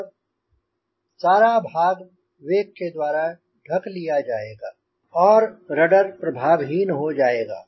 और सारा भाग वेक के द्वारा ढक लिया जाएगा और रडर प्रभावहीन हो जाएगा